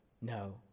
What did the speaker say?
No